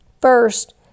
First